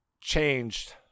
changed